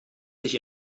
sich